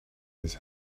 his